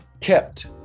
kept